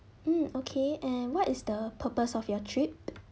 mm okay and what is the purpose of your trip